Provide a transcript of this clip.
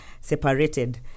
separated